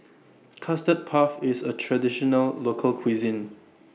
Custard Puff IS A Traditional Local Cuisine